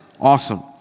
Awesome